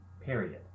period